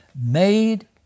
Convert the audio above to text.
Made